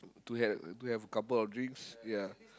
to to had to have a couple of drinks ya